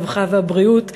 הרווחה והבריאות,